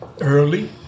early